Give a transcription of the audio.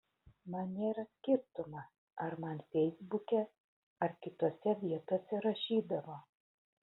man nėra skirtumo ar man feisbuke ar kitose vietose rašydavo